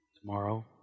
Tomorrow